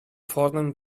fordern